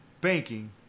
banking